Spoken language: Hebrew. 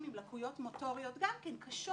קלה אבל עם לקויות מוטוריות מאוד מאוד קשות